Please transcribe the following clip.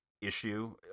issue